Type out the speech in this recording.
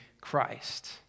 Christ